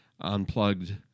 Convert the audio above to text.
Unplugged